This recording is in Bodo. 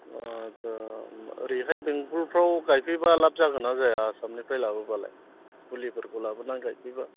आट्चा ओरैहाय बेंगलफ्राव गायफैबा लाब जागोन ना जाया आसामनिफ्राय लाबोबालाय फुलिफोरखौ लाबोनानै गायफैबा